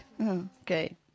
Okay